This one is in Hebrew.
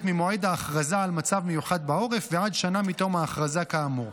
ממועד ההכרזה על מצב מיוחד בעורף ועד שנה מתום ההכרזה כאמור.